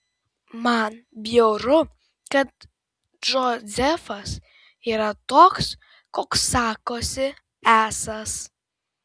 man bjauru kad džozefas ir yra toks koks sakosi esąs